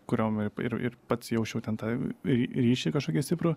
kuriom ir ir pats jausčiau ten tą ry ryšį kašokį stiprų